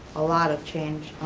a lot of change.